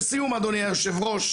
לסיום אדוני היושב-ראש,